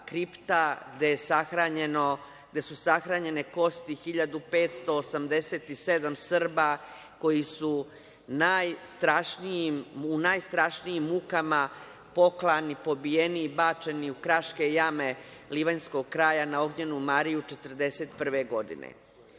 kripta gde su sahranjene kosti 1587 Srba koji su u najstrašnijim mukama poklani, pobijeni i bačeni u Kraške jame Livanjskog kraja na Ognjenu Mariju 1941. godine.